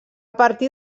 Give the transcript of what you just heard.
partir